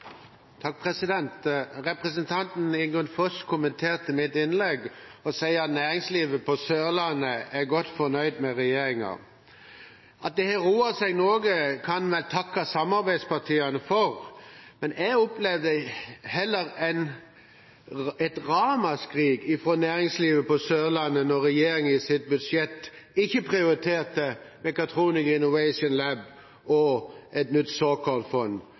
kommenterte mitt innlegg og sa at næringslivet på Sørlandet er godt fornøyd med regjeringen. At det har roet seg noe, kan vi vel takke samarbeidspartiene for, men jeg opplevde heller et ramaskrik fra næringslivet på Sørlandet da regjeringen i sitt budsjett ikke prioriterte Mechatronics Innovation Lab og et nytt såkornfond,